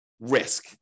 risk